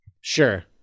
Sure